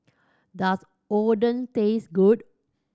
does Oden taste good